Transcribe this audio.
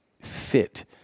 fit